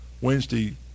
Wednesday